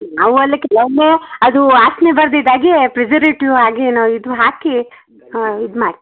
ನಾವು ಅಲ್ಲಿ ಕೆಲವೊಮ್ಮೆ ಅದು ವಾಸನೆ ಬರದಿದ್ದಾಗೆ ಪ್ರಿಸರ್ವೇಟಿವ್ ಆಗಿ ನಾವು ಇದು ಹಾಕಿ ಹಾಂ ಇದು ಮಾಡಿ